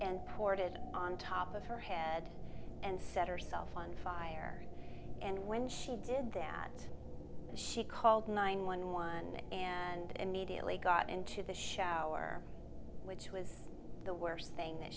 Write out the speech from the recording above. and poured it on top of her head and set herself on fire and when she did that she called nine one one and mediately got into the shower which was the worst thing that